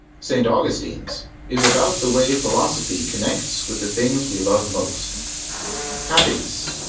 st. augustine's is about the way philosophy connects with the things we love most happiness,